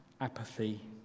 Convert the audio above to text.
apathy